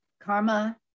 karma